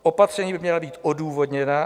Opatření by měla být odůvodněná.